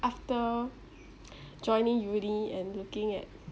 after joining uni and looking at